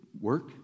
work